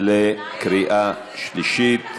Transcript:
לקריאה שלישית.